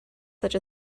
such